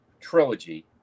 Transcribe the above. trilogy